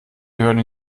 gehören